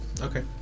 okay